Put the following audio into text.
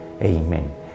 Amen